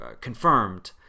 confirmed